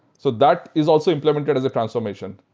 so that is also implemented as a transformation,